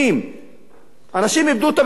האנשים איבדו את הביטחון העצמי שלהם.